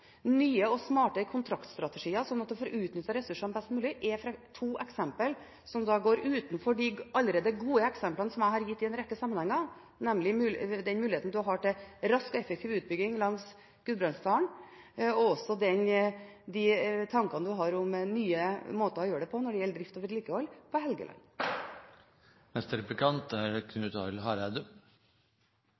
nye og smartere kontraktsstrategier slik at en får utnyttet ressursene best mulig, er to eksempler som kommer i tillegg til de allerede gode eksemplene som jeg har gitt i en rekke sammenhenger, nemlig muligheten en har til en rask og effektiv utbygging langs Gudbrandsdalen, og de tankene en har om nye måter å gjøre det på når det gjelder drift og vedlikehold på Helgeland. Eg vil utfordre samferdselsministeren på noko som statsministeren har sagt. Han sa i denne salen: «Det er